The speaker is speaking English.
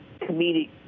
comedic